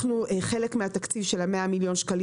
את חלק מהתקציב של ה-100 מיליון שקלים